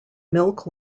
milk